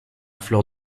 fleur